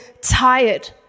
tired